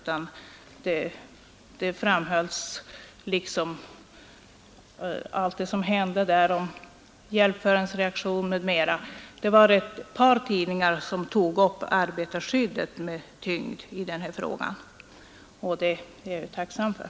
Vad som framhölls var huvudsakligen hjälpförarens reaktion och sådana saker. Ett par tidningar tog med kraft upp arbetarskyddet i det här sammanhanget, och det är jag tacksam för.